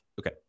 Okay